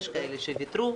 יש כאלה שוויתרו,